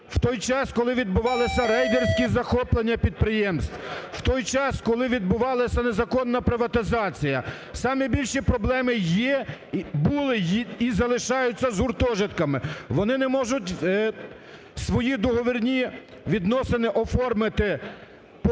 у той час, коли відбувалися рейдерські захоплення підприємств, у той час, коли відбувалася незаконна приватизація. Самі більші проблеми є, були і залишаються з гуртожитками. Вони не можуть свої договірні відносини оформити по